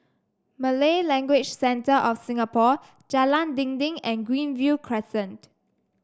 Malay Language Centre of Singapore Jalan Dinding and Greenview Crescent